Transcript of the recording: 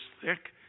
thick